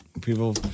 People